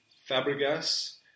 Fabregas